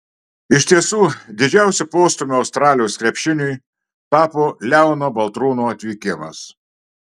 iš tiesų didžiausiu postūmiu australijos krepšiniui tapo leono baltrūno atvykimas